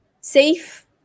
safe